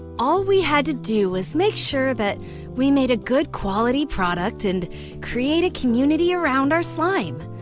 all we had to do was make sure that we made a good quality product, and create a community around our slime.